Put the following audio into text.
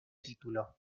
título